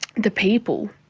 the people.